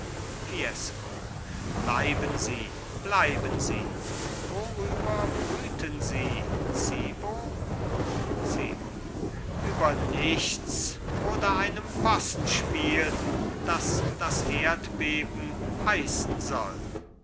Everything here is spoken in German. fiesco bleiben sie bleiben sie worüber brüten sie zibo zibo über nichts oder einem possenspiel das das erdbeben heißen soll